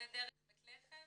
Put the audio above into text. בבת ים,